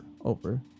over